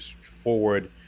forward